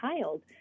child